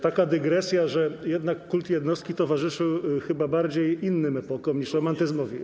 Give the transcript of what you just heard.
Taka dygresja, że jednak kult jednostki towarzyszył chyba bardziej innym epokom niż romantyzmowi.